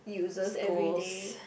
uses every day